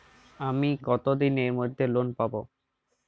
আমি কতদিনের মধ্যে লোন পাব?